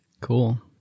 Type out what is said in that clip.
Cool